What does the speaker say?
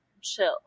chill